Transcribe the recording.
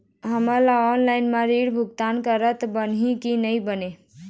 हमन ला ऑनलाइन म ऋण भुगतान करत बनही की नई बने?